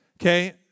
Okay